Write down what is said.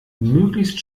möglichst